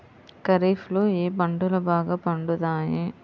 ఖరీఫ్లో ఏ పంటలు బాగా పండుతాయి?